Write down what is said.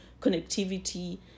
connectivity